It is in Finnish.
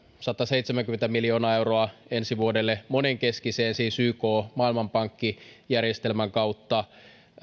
sataseitsemänkymmentä miljoonaa euroa ensi vuodelle monenkeskiseen kehitysyhteistyöhön siis yk maailmanpankki järjestelmän kautta